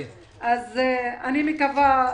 אני מקווה,